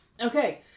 Okay